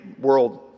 world